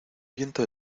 viento